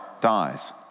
dies